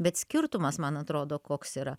bet skirtumas man atrodo koks yra